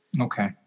Okay